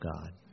God